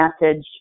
message